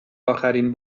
اخرین